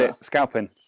scalping